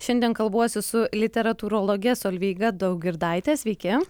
šiandien kalbuosi su literatūrologe solveiga daugirdaite sveiki